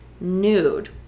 nude